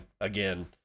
again